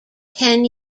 ten